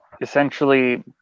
essentially